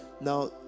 Now